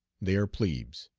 they are plebes.